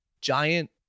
Giant